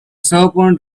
serpent